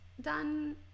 done